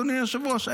אדוני היושב-ראש?